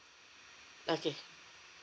okay